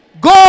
Go